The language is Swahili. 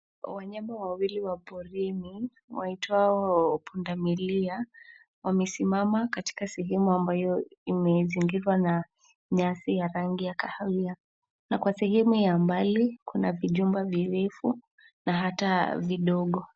Wanyama wawili wa porini, waitwao pundamilia, wamesimama katika sehemu ambayo imezingirwa na nyasi ya rangi ya kahawia na kwa sehemu ya mbali kuna vijumba virefu na hata vidogo.